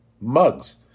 mugs